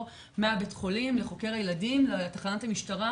מבית החולים לחוקר הילדים לתחנת המשטרה